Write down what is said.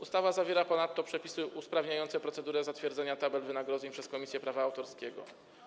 Ustawa zawiera ponadto przepisy usprawniające procedurę zatwierdzania tabel wynagrodzeń przez Komisję Prawa Autorskiego.